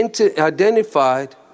identified